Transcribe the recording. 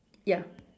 ya